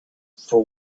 for